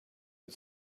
but